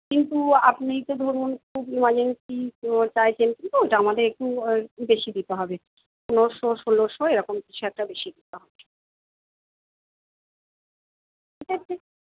কিন্তু আপনি তো ধরুন খুব ইমার্জেন্সি চাইছেন আমাদের একটু বেশি দিতে হবে পনেরোশো ষোলোশো এরকম কিছু একটা বেশি দিতে হবে ঠিক আছে